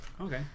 Okay